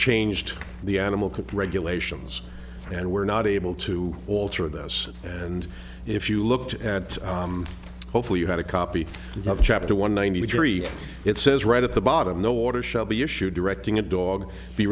changed the animal can regulations and we're not able to alter this and if you looked at hopefully you had a copy of chapter one ninety three it says right at the bottom no order shall be issued directing a dog be